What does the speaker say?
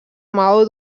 maó